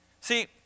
See